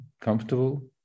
comfortable